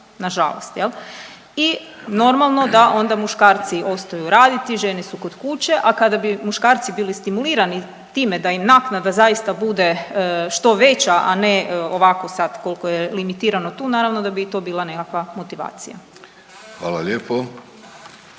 nažalost. I normalno da onda muškarci ostaju raditi, žene su kod kuće, a kada bi muškarci bili stimulirani time da im naknada zaista bude što veća, a ne ovako sad koliko je limitirano tu, naravno da bi i to bila nekakva motivacija. **Vidović,